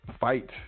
fight